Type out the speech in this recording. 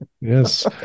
Yes